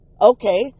Okay